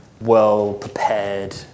well-prepared